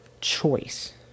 choice